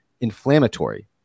inflammatory